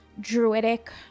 druidic